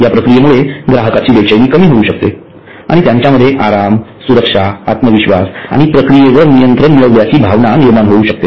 या प्रक्रियेमुळे ग्राहकांची बेचैनी कमी होऊ शकते आणि त्यांच्यामध्ये आराम सुरक्षा आत्मविश्वास आणि प्रक्रियेवर नियंत्रण मिळविल्याची भावना निर्माण होऊ शकते